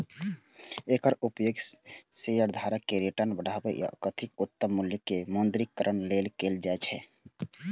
एकर उपयोग शेयरधारक के रिटर्न बढ़ाबै आ कथित उद्यम मूल्य के मौद्रीकरण लेल कैल जाइ छै